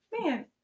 Man